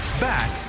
Back